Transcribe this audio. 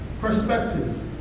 perspective